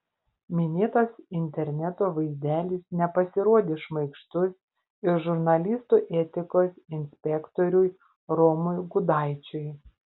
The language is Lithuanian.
minėtas interneto vaizdelis nepasirodė šmaikštus ir žurnalistų etikos inspektoriui romui gudaičiui